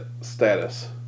status